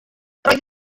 roedd